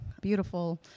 beautiful